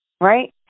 right